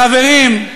חברים,